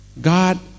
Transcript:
God